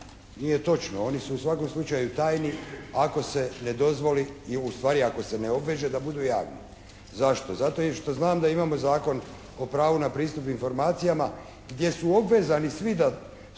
Nije točno, oni su u svakom slučaju tajni ako se ne dozvoli, ustvari ako se ne obveže da budu javni. Zašto? Zato što znam da imamo Zakon o pravu na pristup informacijama gdje su obvezani svi da